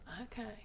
Okay